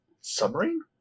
submarine